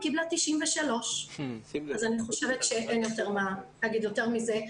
קיבלה 93. אז אני חושבת שאין מה להגיד יותר מזה,